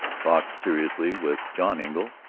talked seriously with john engle,